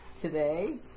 today